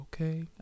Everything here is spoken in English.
okay